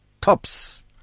tops